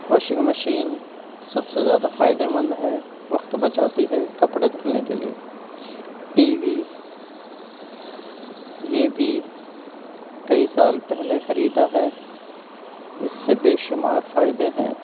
washing machine سب سے زیادہ فائدہ مند ہے وقت بچاتی ہے کپڑے دھلنے کے لیے ٹی وی یہ بھی کئی سال پہلے خریدا ہے اس سے بے شمار فائدے ہیں